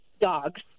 dogs